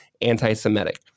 anti-Semitic